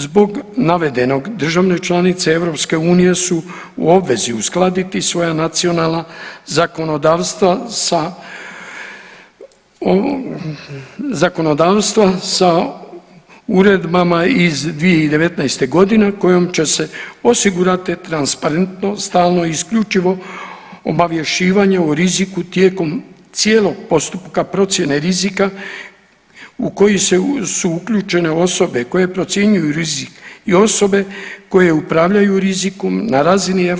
Zbog navedenog države članice EU su u obvezi uskladiti svoja nacionalna zakonodavstva sa, zakonodavstva sa uredbama iz 2019. godine kojom će se osigurati transparentno, stalno isključivo obavješćivanje o riziku tijekom cijelog postupka procjene rizika u koji su uključene osobe koje procjenjuju rizik i osobe koje upravljaju rizikom na razini EU